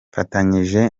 mfatanyije